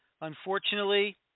unfortunately